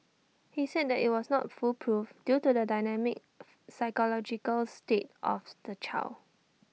he said that IT was not foolproof due to the dynamic psychological state of the child